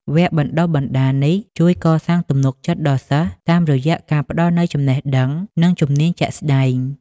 វគ្គបណ្តុះបណ្តាលនេះជួយកសាងទំនុកចិត្តដល់សិស្ស តាមរយៈការផ្ដល់នូវចំណេះដឹង និងជំនាញជាក់ស្តែង។